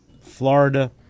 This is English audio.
Florida